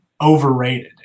overrated